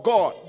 God